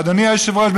אדוני היושב-ראש,